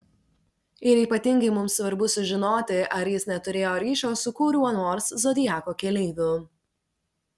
ir ypatingai mums svarbu sužinoti ar jis neturėjo ryšio su kuriuo nors zodiako keleiviu